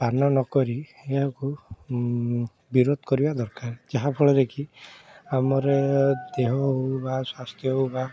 ପାନ ନକରି ଏହାକୁ ବିରୋଧ କରିବା ଦରକାର ଯାହା ଫଳରେ କି ଆମର ଦେହ ହେଉ ବା ସ୍ୱାସ୍ଥ୍ୟ ହେଉ ବା